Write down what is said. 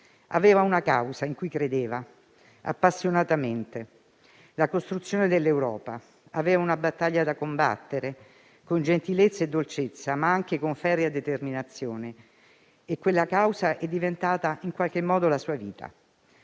Aveva una causa in cui credeva appassionatamente - la costruzione dell'Europa - e una battaglia da combattere con gentilezza e dolcezza, ma anche con ferrea determinazione. Quella causa è diventata, in qualche modo, la sua vita.